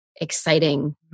exciting